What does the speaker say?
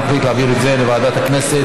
יש עוד אחת?